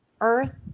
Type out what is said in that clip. Earth